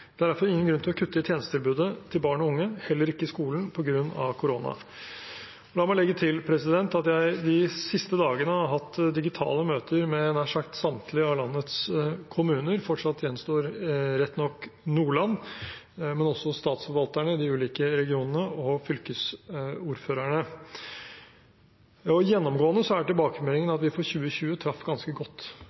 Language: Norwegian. Det er derfor ingen grunn til å kutte i tjenestetilbudet til barn og unge, heller ikke i skolen, på grunn av korona. La meg legge til at jeg de siste dagene har hatt digitale møter med nær sagt samtlige av landets kommuner, statsforvalterne, de ulike regionene og fylkesordførerne – rett nok gjenstår fortsatt Nordland. Gjennomgående er tilbakemeldingene at vi for 2020 traff ganske godt